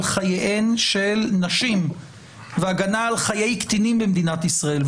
חייהן של נשים ובהגנה על חיי קטינים במדינת ישראל,